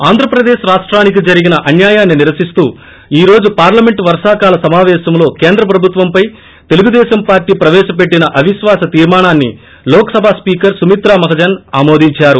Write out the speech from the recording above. ఆంధ్రప్రదేశ్ రాష్టానికి జరిగిన అన్యాయాన్ని నిరసిస్తూ ఈ రోజు పార్లమెంట్ వర్షాకాల సమాపేశంలో కేంద్ర ప్రభుత్వంపై తెలుగుదేశం పార్టీ ప్రవేశపెట్టిన అవిశ్వాస తీర్మానాన్ని లోక్సభ స్పీకర్ సుమిత్రా మహాజన్ ఆమోదించారు